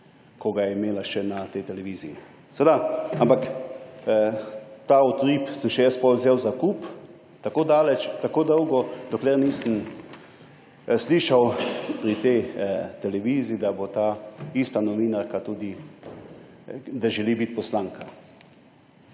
ki ga je imela še na tej televiziji. Ampak ta Utrip sem še jaz potem vzel v zakup tako dolgo, dokler nisem slišal pri tej televiziji, da si taista novinarka želi biti poslanka.